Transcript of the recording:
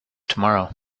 tomorrow